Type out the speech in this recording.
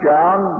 John